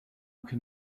can